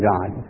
God